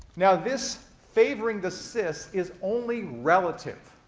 now, this favoring the cis is only relative.